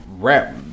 rap